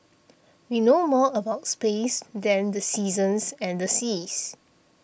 we know more about space than the seasons and the seas